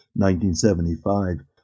1975